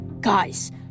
Guys